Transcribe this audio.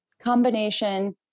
Combination